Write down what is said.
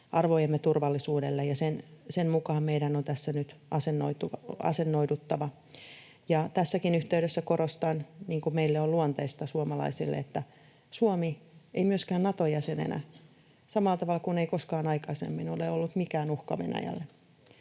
arvojemme turvallisuudelle, ja sen mukaan meidän on tässä nyt asennoiduttava. Tässäkin yhteydessä korostan, niin kuin meille suomalaisille on luontaista, että Suomi ei myöskään Nato-jäsenenä, samalla tavalla kuin ei koskaan aikaisemmin, ole ollut mikään uhka Venäjälle